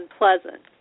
unpleasant